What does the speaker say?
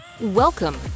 Welcome